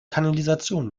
kanalisation